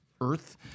Earth